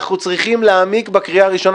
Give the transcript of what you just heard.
אנחנו צריכים להעמיק בקריאה הראשונה,